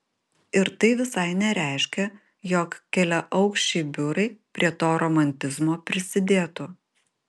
ir tai visai nereiškia jog keliaaukščiai biurai prie to romantizmo prisidėtų